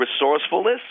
resourcefulness